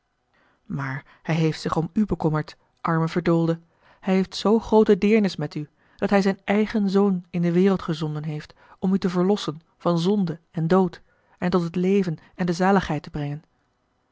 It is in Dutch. maar hij heeft zich om u bekommerd arme verdoolde hij heeft zoo groote deernis met u dat hij zijn eigen zoon in de wereld gezonden heeft om u te verlossen van zonde en dood en tot het leven en de zaligheid te brengen